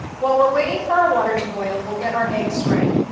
while we're waiting for our water to boil we'll get our eggs ready.